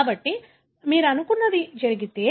కాబట్టి మీరు అనుకున్నది జరిగితే